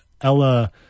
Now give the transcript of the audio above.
Ella